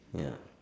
ya